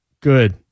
Good